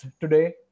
today